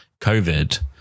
COVID